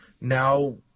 now